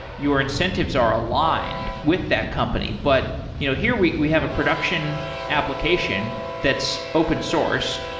your incentives are aligned with that company. but you know here we we have a production application that's open source.